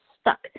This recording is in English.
stuck